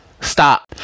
stop